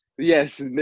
Yes